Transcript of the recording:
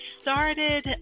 started